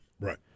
right